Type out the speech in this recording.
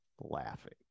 laughing